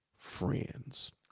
Friends